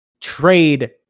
trade